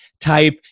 type